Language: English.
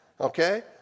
okay